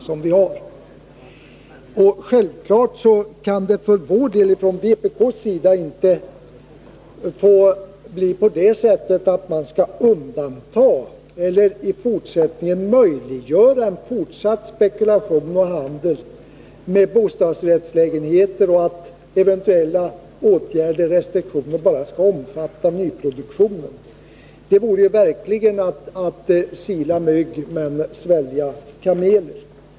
Från vpk:s sida anser vi självfallet att det inte får bli på det sättet att man möjliggör en fortsatt spekulation och handel med bostadsrättslägenheter och att eventuella åtgärder och restriktioner bara skall omfatta nyproduktionen. Det vore verkligen att sila mygg men svälja kameler.